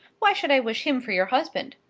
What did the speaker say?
why should i wish him for your husband?